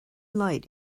light